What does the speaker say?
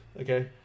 Okay